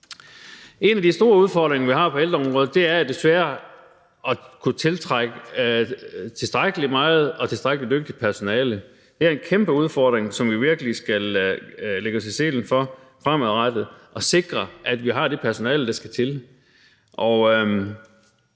En af de store udfordringer, vi har på ældreområdet, er jo desværre at kunne tiltrække tilstrækkelig meget og tilstrækkelig dygtigt personale. Det er en kæmpe udfordring, hvor vi virkelig skal lægge os i selen for fremadrettet at sikre, at vi har det personale, der skal til.